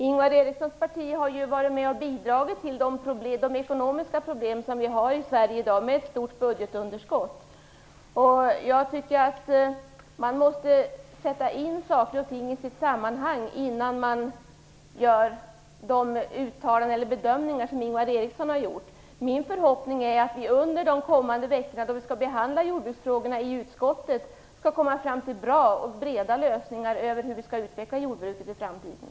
Ingvar Erikssons parti har ju varit med att bidra till de ekonomiska problem som vi har i Sverige i dag med ett stort budgetunderskott. Jag tycker att man måste sätta in saker och ting i sitt sammanhang innan man gör de bedömningar som Ingvar Eriksson nu har gjort. Min förhoppning är att vi under de kommande veckorna när vi skall behandla jordbruksfrågorna i utskottet skall komma fram till bra och breda lösningar till hur vi skall utveckla jordbruket i framtiden.